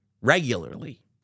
regularly